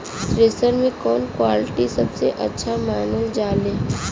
Thresher के कवन quality सबसे अच्छा मानल जाले?